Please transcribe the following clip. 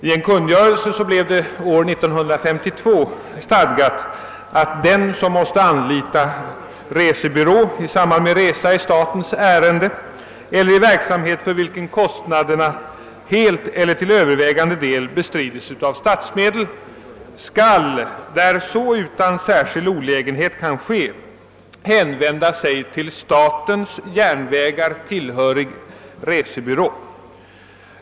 I en kungörelse blev det 1952 stadgat att den 'som ofta anlitar resebyrå i samband med resa i statens ärende, eller i verksamhet för vilken kostnaden helt eller. till övervägande del bestrides av statsmedel, skall där så utan olägenhet kan ske hänvända sig till statens: järnvägar tillhörig resebyrå.